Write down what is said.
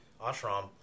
ashram